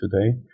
today